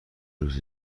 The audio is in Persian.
روز